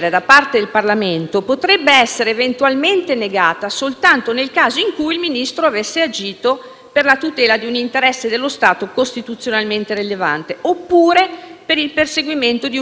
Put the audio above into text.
per la tutela di un interesse dello Stato costituzionalmente rilevante, oppure per il perseguimento di un preminente interesse pubblico, cosa che il Ministro, all'interno della memoria